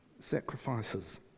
sacrifices